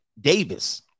Davis